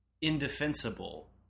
indefensible